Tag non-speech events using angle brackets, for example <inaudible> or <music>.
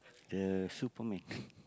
the Superman <laughs>